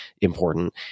important